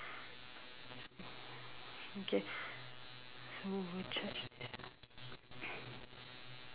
okay